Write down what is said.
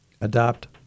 adopt